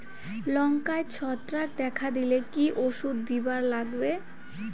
লঙ্কায় ছত্রাক দেখা দিলে কি ওষুধ দিবার লাগবে?